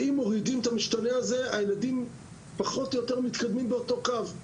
אם מורידים את המשתנה הזה הילדים פחות או יותר מתקדמים באותו קו.